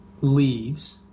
leaves